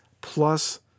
plus